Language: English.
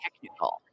technical